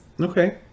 Okay